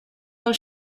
del